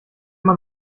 man